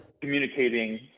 communicating